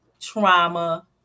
trauma